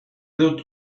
dut